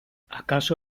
acaso